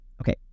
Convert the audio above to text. Okay